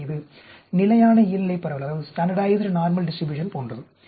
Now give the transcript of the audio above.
எனவே இது நிலையான இயல்நிலை பரவல் போன்றது